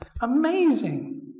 Amazing